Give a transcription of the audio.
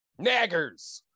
Naggers